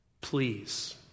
Please